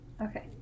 okay